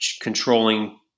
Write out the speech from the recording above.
controlling –